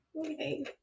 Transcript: Okay